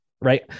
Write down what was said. right